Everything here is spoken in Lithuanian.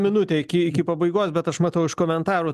minutė iki iki pabaigos bet aš matau iš komentarų